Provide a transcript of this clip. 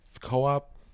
co-op